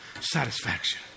satisfaction